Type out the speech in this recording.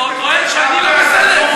אתה עוד טוען שאני לא בסדר?